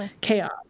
chaos